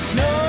no